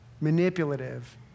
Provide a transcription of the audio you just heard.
manipulative